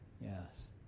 Yes